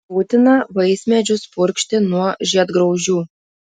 būtina vaismedžius purkšti nuo žiedgraužių